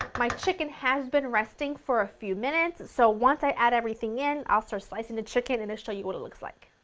my chicken has been resting for a few minutes so once i add everything in i'll start slicing the chicken and show you what it looks like.